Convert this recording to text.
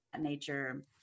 nature